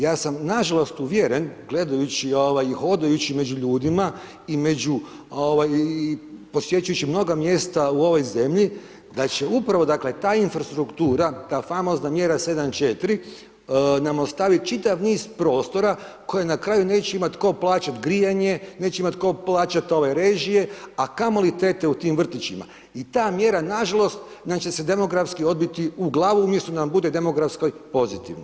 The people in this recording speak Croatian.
Ja sam nažalost uvjeren, gledajući i hodajući među ljudima i među, posjećujući mnoga mjesta u ovoj zemlji da će upravo, dakle, ta infrastruktura, ta famozna mjera 74 nam ostavit čitav niz prostora koje na kraju neće imat tko plaćat grijanje, neće imat tko plaćat režije, a kamoli tete u tim vrtićima i ta mjera nažalost nam će se demografski odbiti u glavu umjesto da nam bude demografskoj pozitivna.